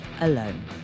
alone